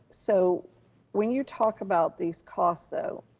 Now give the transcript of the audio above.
so when you talk about these costs, though,